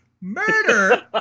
murder